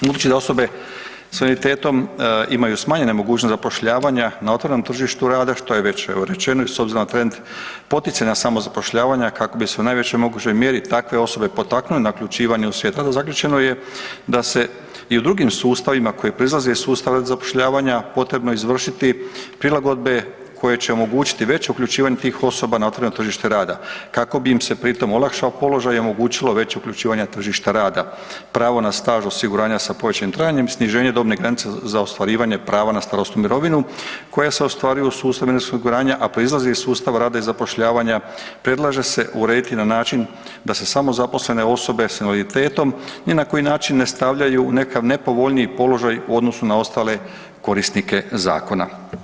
Budući da osobe s invaliditetom imaju smanjene mogućnosti zapošljavanja na otvorenom tržištu rada što je već evo rečeno i s obzirom na trend poticanja samozapošljavanja kako bi se u najvećoj mogućoj mjeri takve osobe potaknule na uključivanje u svijet rad zaključeno je da se i u drugim sustavima koji proizlaze iz sustava zapošljavanja potrebno izvršiti prilagodbe koje će omogućiti veću uključivanje tih osoba na otvoreno tržište rada kako bi im se pri tom olakšao položaj i omogućilo veće uključivanje na tržište rada, pravo na staž osiguranja s povećanim trajanjem, sniženje dobne granice za ostvarivanje prava na starosnu mirovinu koja se ostvaruju u sustavu mirovinskog osiguranja, a proizlaze iz sustava rada i zapošljavanja predlaže se urediti na način da se samozaposlene osoba s invaliditetom ni na koji način ne stavljaju u nekakav nepovoljniji položaj u odnosu na ostale korisnike zakona.